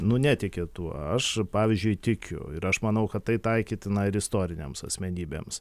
nu netiki tuo aš pavyzdžiui tikiu ir aš manau kad tai taikytina ir istorinėms asmenybėms